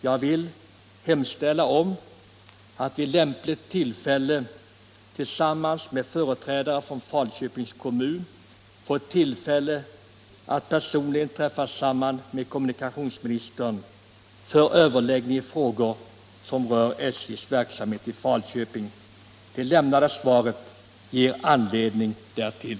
Jag hemställer emellertid om att vid lämpligt tillfälle tillsammans med företrädare för Falköpings kommun personligen få träffa samman med kommunikationsministern för överläggning i frågor som rör SJ:s verksamhet i Falköping. Det lämnade svaret ger anledning därtill.